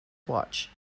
watch